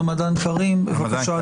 רמדאן כרים.